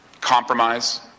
Compromise